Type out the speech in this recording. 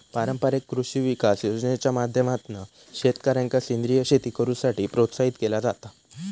पारंपारिक कृषी विकास योजनेच्या माध्यमातना शेतकऱ्यांका सेंद्रीय शेती करुसाठी प्रोत्साहित केला जाता